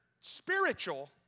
spiritual